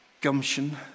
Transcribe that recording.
gumption